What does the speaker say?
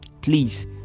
please